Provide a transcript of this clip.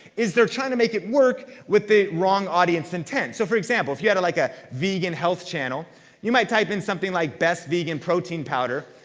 is they're trying to make it work with the wrong audience intent. so, for example, if you had a like ah vegan health channel you might type in something like best vegan protein powder.